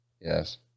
Yes